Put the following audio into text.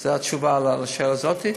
זו התשובה לשאלה הזאת,